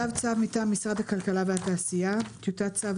מטעם משרד הכלכלה והתעשייה": טיוטת צו